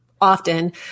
Often